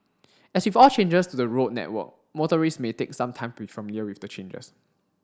as with all changes to the road network motorists may take some time to be familiar with the changes